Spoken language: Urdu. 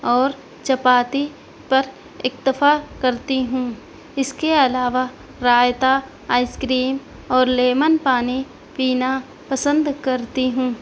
اور چپاتی پر اتفاق کرتی ہوں اس کے علاوہ رائتا آئس کریم اور لیمن پانی پینا پسند کرتی ہوں